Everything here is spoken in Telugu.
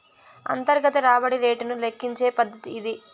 అంతర్గత రాబడి రేటును లెక్కించే పద్దతి ఇది